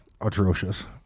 atrocious